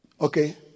okay